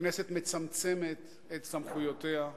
הכנסת מצמצמת את סמכויותיה,